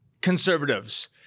Conservatives